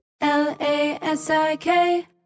L-A-S-I-K